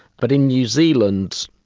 but in new zealand,